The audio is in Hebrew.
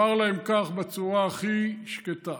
אומר להם כך, בצורה הכי שקטה: